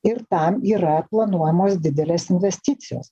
ir tam yra planuojamos didelės investicijos